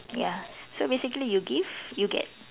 ya so basically you give you get